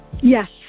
Yes